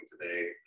today